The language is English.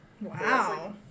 Wow